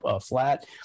flat